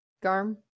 Garm